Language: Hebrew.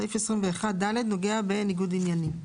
סעיף 21ד נוגע בניגוד עניינים.